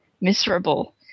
miserable